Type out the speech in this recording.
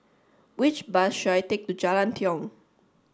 which bus should I take to Jalan Tiong